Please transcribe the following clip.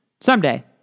Someday